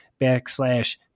Backslash